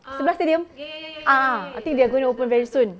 sebelah stadium a'ah I think they're going to open very soon